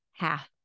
half